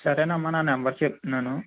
సరేనమ్మ నా నెంబర్ చెప్తున్నాను